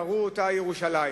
וקראו אותה "ירושלים".